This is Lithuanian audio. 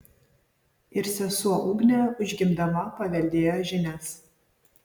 ir sesuo ugnė užgimdama paveldėjo žinias